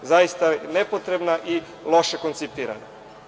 Zaista je nepotrebna i loše koncipirana.